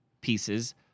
pieces